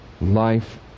Life